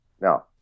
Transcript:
Now